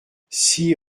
six